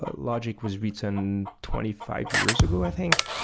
logic was written twenty five years ago, i think,